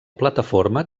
plataforma